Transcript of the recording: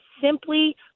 simply